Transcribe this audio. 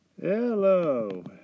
Hello